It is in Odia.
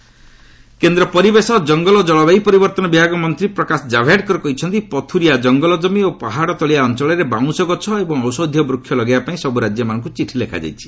ଜାବଡେକର କେନ୍ଦ୍ର ପରିବେଶ ଜଙ୍ଗଲ ଓ ଜଳବାୟୁ ପରିବର୍ତ୍ତନ ବିଭାଗ ମନ୍ତ୍ରୀ ପ୍ରକାଶ ଜାବଡେକର କହିଛନ୍ତି ପଥୁରିଆ ଜଙ୍ଗଲ ଜମି ଓ ପାହାଡ଼ତଳିଆ ଅଞ୍ଚଳରେ ବାଉଁଶ ଗଛ ଏବଂ ଔଷଧିୟ ବୃକ୍ଷ ଲଗାଇବାପାଇଁ ସବୁ ରାଜ୍ୟମାନଙ୍କ ଚିଠି ଲେଖାଯାଇଛି